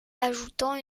ajoutant